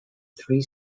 three